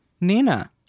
nina